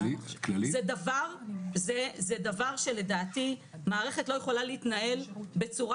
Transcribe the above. זה דבר שלדעתי מערכת לא יכולה להתנהל בצורה